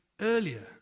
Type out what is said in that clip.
earlier